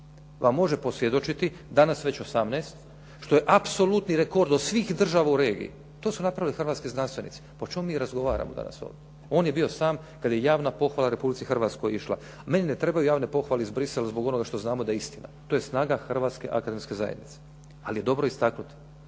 vam može posvjedočiti danas već 18 što apsolutni rekord od svih država u regiji. To su napravili hrvatski znanstvenici, pa o čemu mi razgovaramo danas ovdje. On je bio sam kada je javna pohvala Republici Hrvatskoj išla. Meni ne trebaju javne pohvale iz Bruxellesa zbog onog što znamo da je istina. To je snaga Hrvatske akademske zajednice, ali je dobro istaknuti.